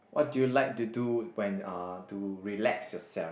what do you like to do when uh to relax yourself